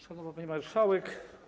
Szanowna Pani Marszałek!